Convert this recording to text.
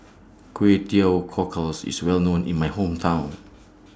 Kway Teow Cockles IS Well known in My Hometown